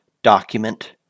Document